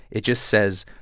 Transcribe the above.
it just says,